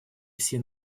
все